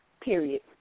Period